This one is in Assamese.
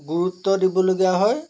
গুৰুত্ব দিবলগীয়া হয়